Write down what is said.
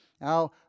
Now